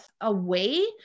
away